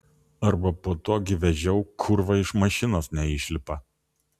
arba po to gi vežiau kurva iš mašinos neišlipa